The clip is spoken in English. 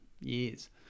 years